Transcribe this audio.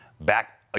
back